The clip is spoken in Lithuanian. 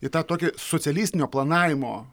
į tą tokį socialistinio planavimo